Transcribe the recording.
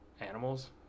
animals